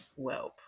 Welp